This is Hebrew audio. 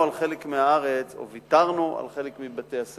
על חלק מהארץ או ויתרנו על חלק מבתי-הספר.